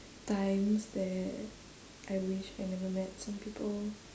times that I wish I never met some people